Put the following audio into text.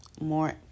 More